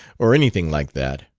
or anything like that.